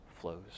flows